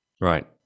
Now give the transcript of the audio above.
Right